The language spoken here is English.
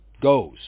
goes